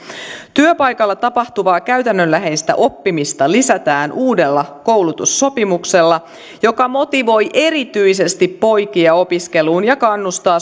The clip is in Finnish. työpaikalla tapahtuvaa käytännönläheistä oppimista lisätään uudella koulutussopimuksella joka motivoi erityisesti poikia opiskeluun ja kannustaa